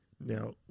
Now